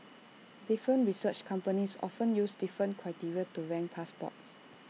different research companies often use different criteria to rank passports